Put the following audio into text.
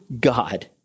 God